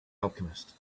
alchemist